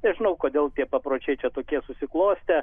nežinau kodėl tie papročiai čia tokie susiklostę